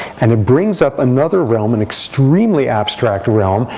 and it brings up another realm, an extremely abstract realm,